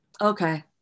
Okay